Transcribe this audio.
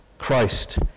Christ